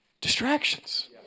distractions